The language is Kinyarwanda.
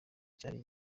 cyari